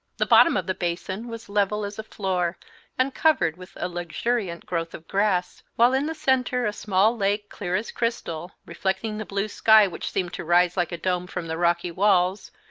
the bottom of the basin was level as a floor and covered with a luxuriant growth of grass, while in the centre a small lake, clear as crystal, reflecting the blue sky which seemed to rise like a dome from the rocky walls,